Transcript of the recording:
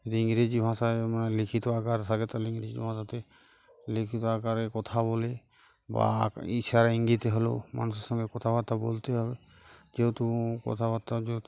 যদি ইংরেজি ভাষায় মানে লিখিত আকার থাকে তাহলে ইংরেজি ভাষাতে লিখিত আকারে কথা বলে বা ইশারা ইঙ্গিতে হলেও মানুষের সঙ্গে কথাবার্তা বলতে হবে যেহেতু কথাবার্তা যে